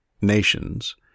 nations